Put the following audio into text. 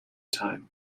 time